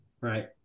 Right